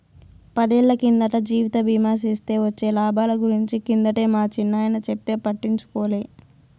పదేళ్ళ కిందట జీవిత బీమా సేస్తే వొచ్చే లాబాల గురించి కిందటే మా చిన్నాయన చెప్తే పట్టించుకోలే